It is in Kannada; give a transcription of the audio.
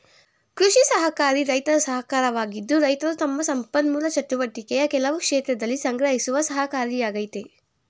ಕೃಷಿ ಸಹಕಾರಿ ರೈತರ ಸಹಕಾರವಾಗಿದ್ದು ರೈತರು ತಮ್ಮ ಸಂಪನ್ಮೂಲ ಚಟುವಟಿಕೆಯ ಕೆಲವು ಕ್ಷೇತ್ರದಲ್ಲಿ ಸಂಗ್ರಹಿಸುವ ಸಹಕಾರಿಯಾಗಯ್ತೆ